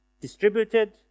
distributed